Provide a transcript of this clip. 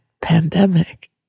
Pandemic